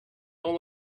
all